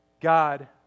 God